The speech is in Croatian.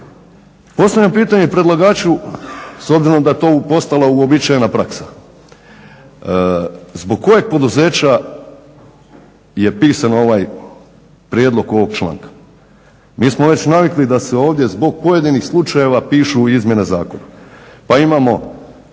Postavljam pitanje predlagaču s obzirom da je to postala uobičajena praksa. Zbog kojeg poduzeća je pisan prijedlog ovog članka? Mi smo već navikli da se ovdje zbog pojedinih slučajeva pišu izmjene zakona. Pa imamo